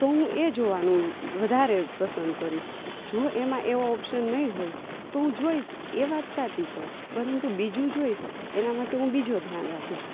તો હું એ જોવાનું વધારે પસંદ કરીશ જો એમાં એવો ઓપ્શન નહીં હોય તો જોઈશ એ વાત સાચી છે પરંતુ બીજું જોઈશ એના માટે હું બીજો ધ્યાન રાખીશ